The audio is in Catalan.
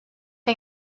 que